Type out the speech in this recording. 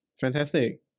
fantastic